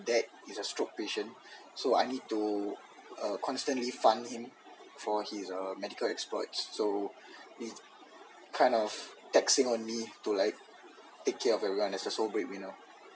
dad is a stroke patient so I need to constantly fund him for uh his medical exploit so it's kind of taxing on me to like take care of everyone as a sole breadwinner